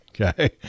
Okay